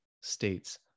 states